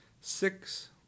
six